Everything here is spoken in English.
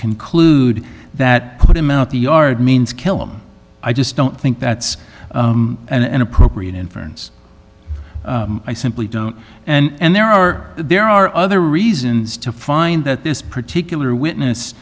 conclude that put him out the yard means kill him i just don't think that's an appropriate inference i simply don't and there are there are other reasons to find that this particular witness